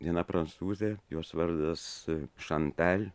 viena prancūze jos vardas šantel